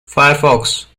firefox